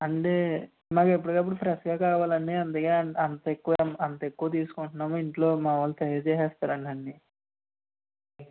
అంటే మాకు ఎప్పటికి అప్పుడు ఫ్రెష్గా కావాలనీ అందుకే అంతెక్కువ అంత ఎక్కువ తీసుకుంటున్నాము ఇంట్లో మా వాళ్ళు తయారు చేస్తారండి అన్నీ